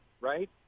right